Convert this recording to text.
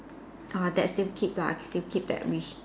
uh that still keep ah still keep that wish